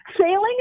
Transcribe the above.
Sailing